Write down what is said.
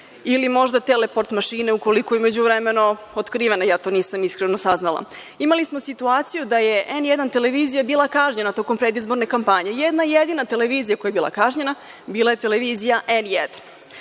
ili možda teleport mašine ukoliko je u međuvremenu otkrivena, nisam to saznala. Imali smo situaciju da je „N1“ televizija bila kažnjena tokom predizborne kampanje. Jedna jedina televizija koja je bila kažnjena bila je televizija